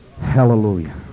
Hallelujah